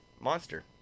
monster